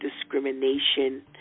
discrimination